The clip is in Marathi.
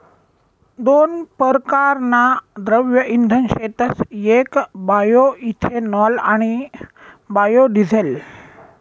दोन परकारना द्रव्य इंधन शेतस येक बायोइथेनॉल आणि बायोडिझेल